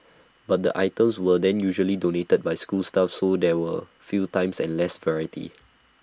but the items were then usually donated by school staff so there were few times and less variety